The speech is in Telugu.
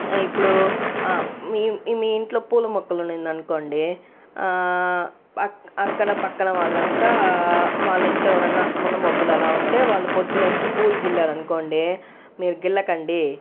ఇప్పుడు మీ మీ ఇంట్లో పూల మొక్కలు ఉండింది అనుకోండి అక్కన పక్కన వాళ్ళంతా వాళ్ళింట్లో ఎవరన్న ముండమోపులు అలా ఉంటే వాళ్ళు పొద్దున వచ్చి పూలు గిల్లారనుకోండి మీరు గిల్లకండి